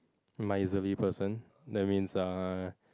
am I a person that's means uh